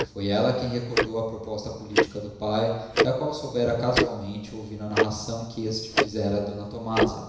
foi ela quem recordou a proposta política do pai da qual soubera casualmente ouvindo a narração que este fizera a